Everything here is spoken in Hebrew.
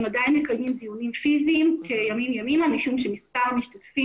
הם עדיין מקיימים דיונים פיזיים כימים ימימה משום שמספר המשתתפים